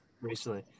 recently